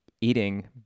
eating